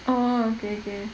orh okay okay